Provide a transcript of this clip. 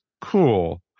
cool